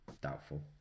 doubtful